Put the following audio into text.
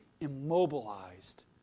immobilized